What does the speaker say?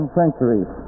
centuries